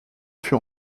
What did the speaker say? fut